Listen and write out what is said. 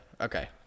okay